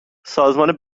سازمان